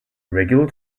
regular